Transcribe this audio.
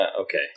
Okay